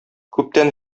күптән